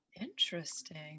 interesting